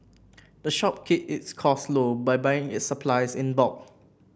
the shop keep its costs low by buying its supplies in bulk